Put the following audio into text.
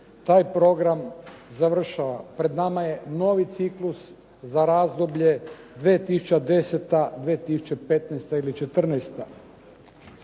taj program završava, pred nama je novi ciklus za razdoblje 2010.-2015. ili 2014.